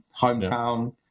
hometown